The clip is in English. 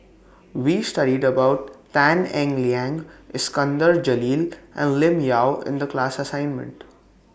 We studied about Tan Eng Liang Iskandar Jalil and Lim Yau in The class assignment